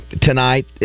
tonight